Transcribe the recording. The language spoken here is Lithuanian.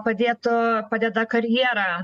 padėtų padeda karjerą